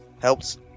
helps